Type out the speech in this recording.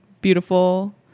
Beautiful